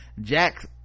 Jack